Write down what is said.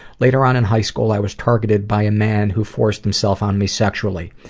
later on in high school i was targeted by a man who forced himself on my sexually.